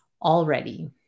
already